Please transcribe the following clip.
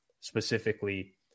specifically